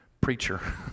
preacher